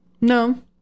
No